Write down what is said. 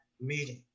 meeting